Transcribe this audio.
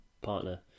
partner